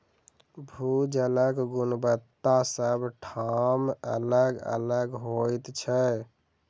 भू जलक गुणवत्ता सभ ठाम अलग अलग होइत छै